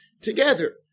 together